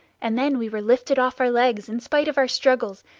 and then we were lifted off our legs in spite of our struggles,